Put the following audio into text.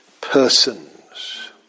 Persons